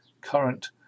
current